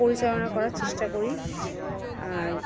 পরিচালনা করার চেষ্টা করি আর